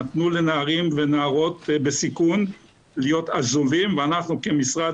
נתנו לנערים ונערות בסיכון להיות עזובים ואנחנו כמשרד